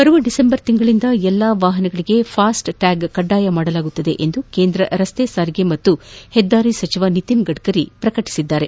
ಬರುವ ಡಿಸೆಂಬರ್ನಿಂದ ಎಲ್ಲ ವಾಹನಗಳಿಗೆ ಫಾಸ್ಟ ಟ್ಯಾಗ್ ಕಡ್ಡಾಯಗೊಳಿಸಲಾಗುವುದು ಎಂದು ಕೇಂದ್ರ ರಸ್ತೆ ಸಾರಿಗೆ ಮತ್ತು ಹೆದ್ದಾರಿ ಸಚಿವ ನಿತಿನ್ ಗಡ್ಕರಿ ಪ್ರಕಟಿಸಿದ್ದಾರೆ